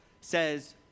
says